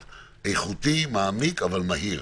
איכותי, מעמיק, אבל מהיר.